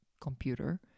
computer